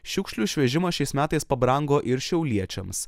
šiukšlių išvežimas šiais metais pabrango ir šiauliečiams